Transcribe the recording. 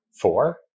four